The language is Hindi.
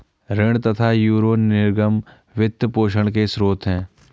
ऋण तथा यूरो निर्गम वित्त पोषण के स्रोत है